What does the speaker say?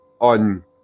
on